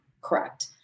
correct